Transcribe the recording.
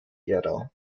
ära